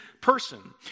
person